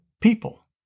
people